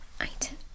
item